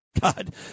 God